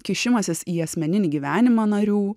kišimasis į asmeninį gyvenimą narių